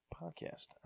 Podcast